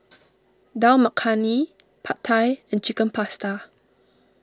Dal Makhani Pad Thai and Chicken Pasta